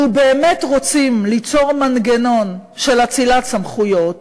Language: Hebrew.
לו באמת רוצים ליצור מנגנון של אצילת סמכויות